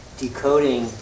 decoding